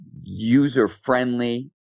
user-friendly